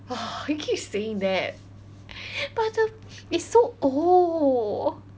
!wah! you keep saying that but the it's so old